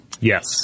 Yes